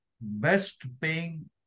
best-paying